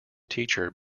teacher